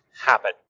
happen